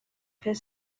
fer